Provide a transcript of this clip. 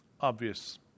Obvious